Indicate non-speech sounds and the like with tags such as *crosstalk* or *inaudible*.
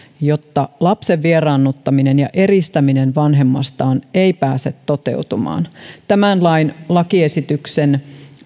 jotta lapsen vieraannuttaminen ja eristäminen vanhemmastaan ei pääse toteutumaan tämän *unintelligible* lakiesityksen